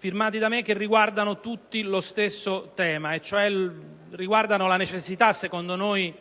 Zanda. Essi riguardano tutti lo stesso tema e cioè la necessità, secondo noi